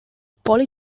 poly